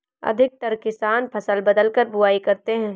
अधिकतर किसान फसल बदलकर बुवाई करते है